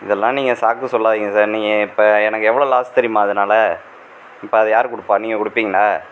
இதெல்லாம் நீங்கள் சாக்கு சொல்லாதீங்கள் சார் நீங்கள் இப்போ எனக்கு எவ்வளோ லாஸ் தெரியுமா அதனால இப்போ அதை யார் கொடுப்பா நீங்கள் கொடுப்பிங்களா